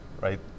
right